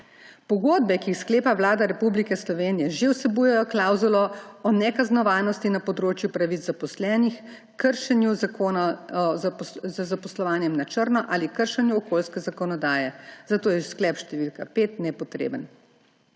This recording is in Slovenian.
Pogodbe, ki jih sklepa Vlada Republike Slovenije že vsebujejo klavzulo o nekaznovanosti na področju pravic zaposlenih, kršenju zakona z zaposlovanjem na črno ali kršenju okoljske zakonodaje, zato je sklep št. 5 nepotreben.